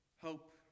hope